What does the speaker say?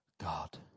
God